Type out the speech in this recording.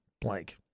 Blank